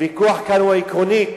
הוויכוח כאן הוא עקרוני: